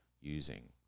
using